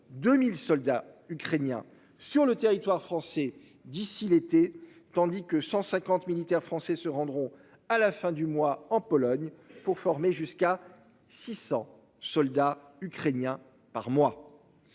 2000 soldats ukrainiens sur le territoire français d'ici l'été tandis que 150 militaires français se rendront à la fin du mois en Pologne pour former jusqu'à 600 soldats ukrainiens par mois.